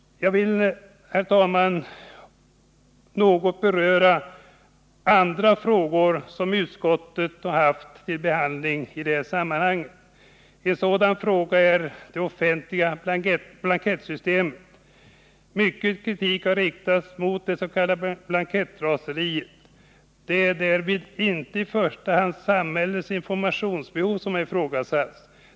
Jag vill också, herr talman, något beröra andra frågor som utskottet haft uppe till behandling i det här sammanhanget. En sådan fråga är det offentliga blankettsystemet. Mycken kritik har riktats mot dets.k. blankettraseriet. Det är därvid inte i första hand samhällets informationsbehov som ifrågasatts.